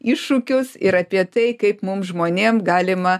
iššūkius ir apie tai kaip mums žmonėm galima